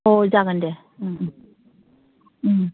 अ जागोन दे